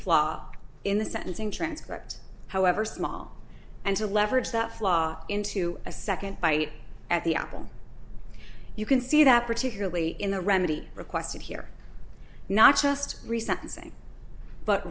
flaw in the sentencing transcript however small and to leverage that flaw into a nd bite at the apple you can see that particularly in the remedy requested here not just recently saying but